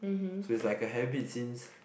so it's like a habit since